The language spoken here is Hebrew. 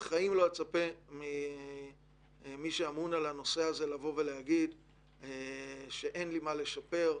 בחיים לא אצפה ממי שאמון על הנושא הזה להגיד שאין לי מה לשפר.